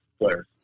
players